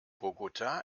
bogotá